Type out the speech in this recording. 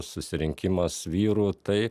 susirinkimas vyrų tai